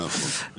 נכון.